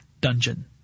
Dungeon